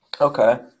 Okay